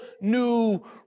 new